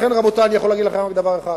לכן, רבותי, אני יכול להגיד לכם רק דבר אחד: